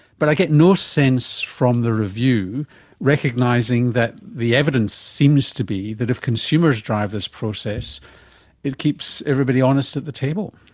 but i get no sense from the review recognising that the evidence seems to be that if consumers drive this process it keeps everybody honest at the table.